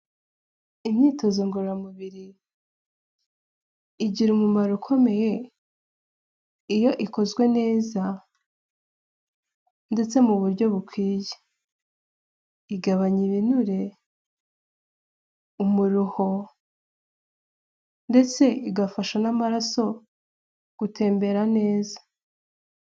Imyitozo ngororamubiri igira umumaro ukomeye iyo ikozwe neza ndetse mu buryo bukwiye, igabanya ibure, umuruho ndetse igafasha n'amaraso gutembera neza.